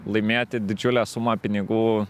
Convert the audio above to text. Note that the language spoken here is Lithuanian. laimėti didžiulę sumą pinigų